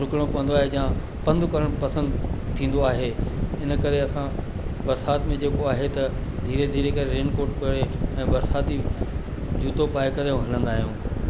डुकिणो पवंदो आहे जां पंधु करण पसंदि थींदो आहे इन करे असां बरिसात में जेको आहे त धीरे धीरे करे रेनकोट पाए ऐं बरिसाती जूतो पाए करे ऐं हलंदा आहियूं